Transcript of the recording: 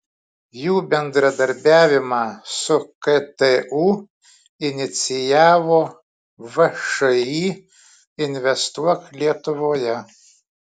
jų bendradarbiavimą su ktu inicijavo všį investuok lietuvoje